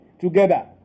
together